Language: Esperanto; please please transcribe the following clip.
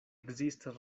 ekzistas